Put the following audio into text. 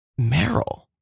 Meryl